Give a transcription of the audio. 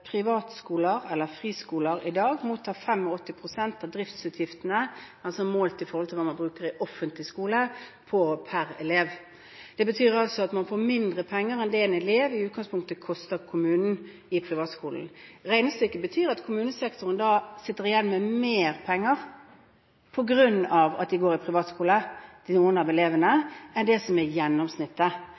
Privatskoler, eller friskoler, mottar i dag 85 pst. av driftsutgiftene målt i forhold til hva man bruker i den offentlige skolen per elev. Det betyr at man får mindre penger i privatskolen enn det en elev i utgangspunktet koster kommunen. Regnestykket viser at kommunesektoren sitter igjen med mer penger enn det som er gjennomsnittet på grunn av at noen av elevene går i privatskole. Så vet jeg at man ikke kan ta det